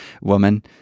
woman